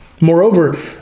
Moreover